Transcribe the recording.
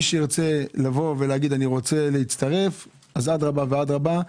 מי שירצה להגיד שהוא רוצה להצטרף אז אדרבה ואדרבה,